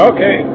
Okay